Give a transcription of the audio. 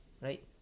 right